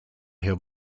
have